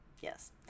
yes